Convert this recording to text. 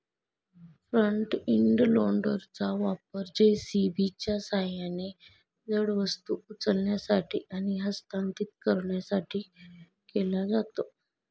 front end लोडरचा वापर जे.सी.बीच्या सहाय्याने जड वस्तू उचलण्यासाठी आणि हस्तांतरित करण्यासाठी केला जातो